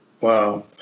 Wow